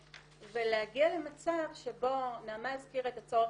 ולהגיע למצב שבו נעמה הזכירה את הצורך